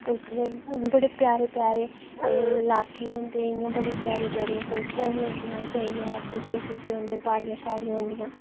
उत्थै बड़े प्यारे प्यारे लाके होंदे बड़ी प्यारियां प्यारियां कोठियां बी होंदियां उत्थै एह् ऐ बूहटे शूहटे होंदे प्हाड़ियां श्हाड़ियां होंदियां